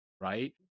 right